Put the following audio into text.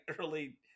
early